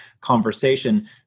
conversation